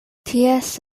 ties